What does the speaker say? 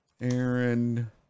Aaron